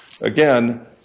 Again